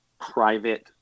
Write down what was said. private